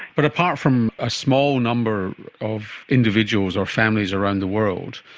but apart from a small number of individuals or families around the world,